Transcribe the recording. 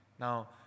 Now